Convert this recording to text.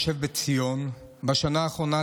בציון, בשנה האחרונה,